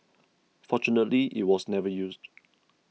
fortunately it was never used